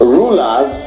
rulers